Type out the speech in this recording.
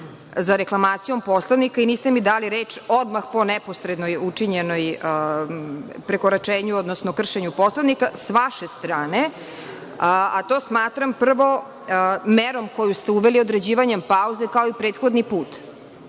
za reklamacijom Poslovnika i niste mi dali reč odmah po neposredno učinjenom prekoračenju, odnosno kršenju Poslovnika, s vaše strane, a to smatram prvom merom koju ste uveli određivanjem pauze, kao i prethodni put.